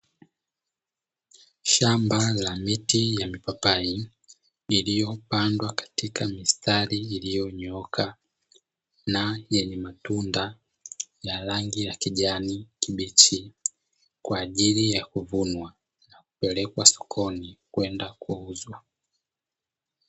Shamba la miti ya mipapai iliyopandwa katika mistari iliyonyooka na yenye matunda ya rangi ya kijani kibichi kwa ajili ya kuvunwa na kupelekwa sokoni kwenda kuuzwa.